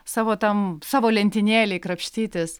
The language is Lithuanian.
savo tam savo lentynėlėj krapštytis